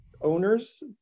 owners